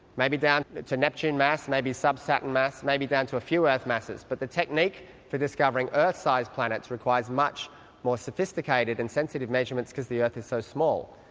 maybe down to neptune mass, maybe sub-saturn mass, maybe down to a few earth masses, but the technique for discovering earth-size planets requires much more sophisticated and sensitive measurements because the earth is so small.